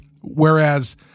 Whereas